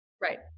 Right